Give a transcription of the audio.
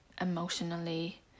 emotionally